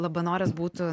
labanoras būtų